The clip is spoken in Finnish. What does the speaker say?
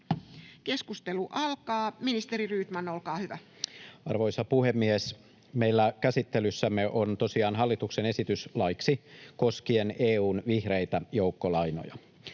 lainsäädännöksi Time: 17:05 Content: Arvoisa puhemies! Meillä käsittelyssämme on tosiaan hallituksen esitys laiksi koskien EU:n vihreitä joukkolainoja.